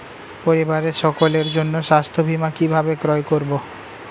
পরিবারের সকলের জন্য স্বাস্থ্য বীমা কিভাবে ক্রয় করব?